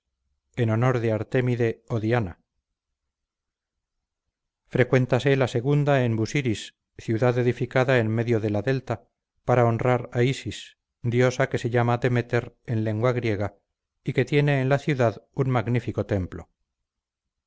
en honor de artemide o diana frecuéntase la segunda en busiris ciudad edificada en medio de la delta para honrar a isis diosa que se llama demeter en lengua griega y que tiene en la ciudad un magnífico templo